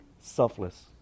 selfless